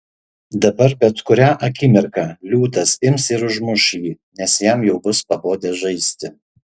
dabar bet kurią akimirką liūtas ims ir užmuš jį nes jam jau bus pabodę žaisti